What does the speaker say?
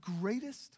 greatest